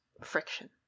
friction